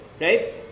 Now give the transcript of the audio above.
right